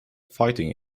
fighting